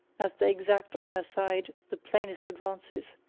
as they exact on her side the plainest advances,